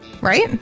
Right